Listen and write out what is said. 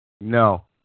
No